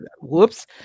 whoops